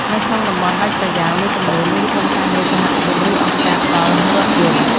នៅក្នុងតំបន់ដាច់ស្រយាលមួយចំនួន មានក្រុមការងារសហគមន៍ឬអង្គការផ្តល់រថយន្ត។